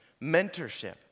Mentorship